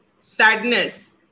sadness